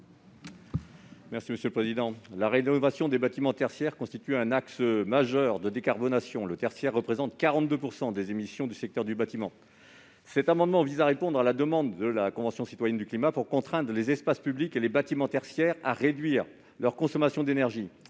M. Daniel Salmon. La rénovation des bâtiments tertiaires constitue un axe majeur de décarbonation. Le tertiaire représente en effet 42 % des émissions du secteur du bâtiment. Cet amendement vise à répondre à la demande de la Convention citoyenne pour le climat de contraindre les espaces publics et les bâtiments tertiaires à réduire leur consommation d'énergie.